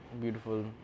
beautiful